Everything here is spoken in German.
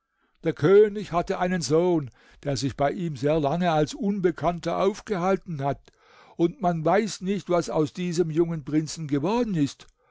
der könig hatte einen sohn der sich bei ihm sehr lange als unbekannter aufgehalten hat und man weiß nicht was aus diesem jungen prinzen geworden ist